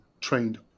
trained